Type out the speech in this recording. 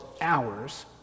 hours